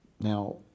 Now